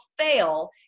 fail